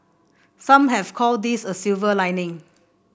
some have called this a silver lining